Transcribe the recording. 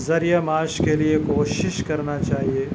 ذریعہ معاش کے لیے کوشش کرنا چاہیے